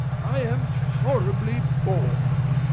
i am horribly bored.